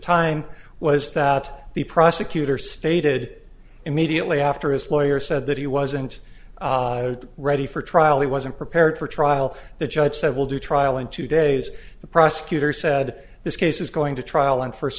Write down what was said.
time was that the prosecutor stated immediately after his lawyer said that he wasn't ready for trial he was and prepared for trial the judge said we'll do trial in two days the prosecutor said this case is going to trial on first